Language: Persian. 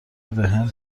بهم